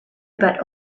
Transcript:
about